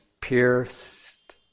pierced